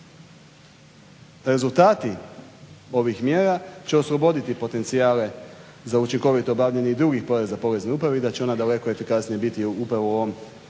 rezultati ovih mjera, će osloboditi potencijale za učinkovito obavljanje i drugih poreza Porezne uprave i da će ona daleko efikasnija biti upravo u ovom